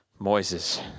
moises